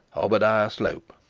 obadiah slope